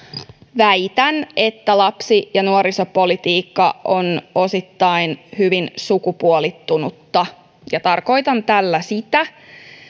väitän että lapsi ja nuorisopolitiikka on osittain hyvin sukupuolittunutta ja tarkoitan tällä sitä